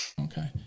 okay